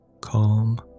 Calm